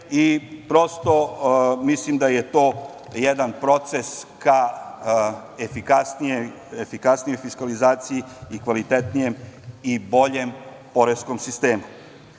i prosto mislim da je to jedan proces ka efikasnijoj fiskalizaciji i kvalitetnijem i boljem poreskom sistemu. Što